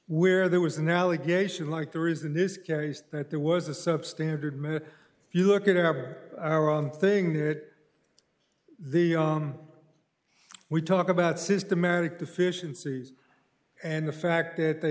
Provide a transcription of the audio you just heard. where there was an allegation like there is in this case that there was a substandard if you look at it up our own thing that the we talk about systematic deficiencies and the fact th